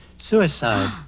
suicide